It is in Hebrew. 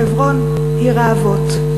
חברון עיר האבות.